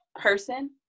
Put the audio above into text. person